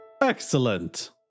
Excellent